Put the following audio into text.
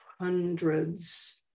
hundreds